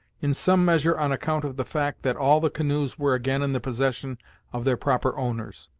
in some measure on account of the fact that all the canoes were again in the possession of their proper owners,